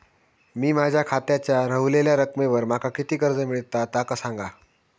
मी माझ्या खात्याच्या ऱ्हवलेल्या रकमेवर माका किती कर्ज मिळात ता सांगा?